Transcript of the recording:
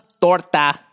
torta